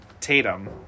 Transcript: tatum